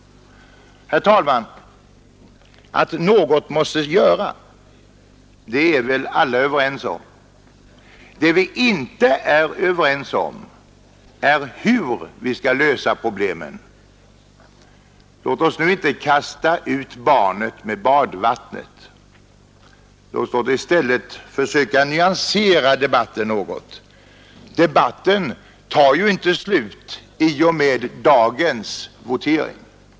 Herr talman! Att något måste göras det är väl alla överens om. Det vi inte är överens om är hur vi skall lösa problemen. Låt oss nu inte kasta ut barnet med badvattnet. Låt oss i stället försöka nyansera debatten något. Debatten tar ju inte slut i och med dagens votering.